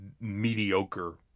mediocre